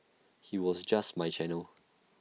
he was just my channel